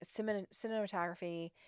cinematography